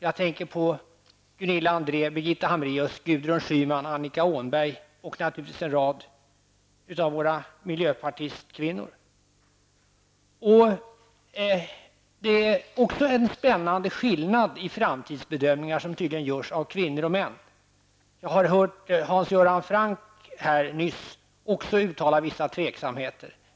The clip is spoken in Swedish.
Jag tänker på Gunilla André, Åhnberg och naturligtvis en rad av våra miljöpartikvinnor. Det görs tydligen en spännande skillnad av framtidsbedömningar mellan kvinnor och män. Vi har nyss hört även Hans Göran Franck uttala vissa tvivel.